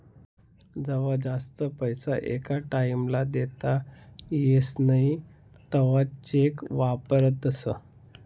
जवा जास्त पैसा एका टाईम ला देता येस नई तवा चेक वापरतस